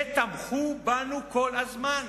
שתמכו בנו כל הזמן,